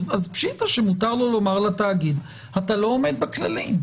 פשיטתא שמותר לו להגיד לתאגיד: אתה לא עומד בכללים.